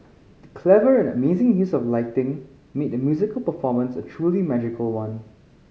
the clever and amazing use of lighting made the musical performance a truly magical one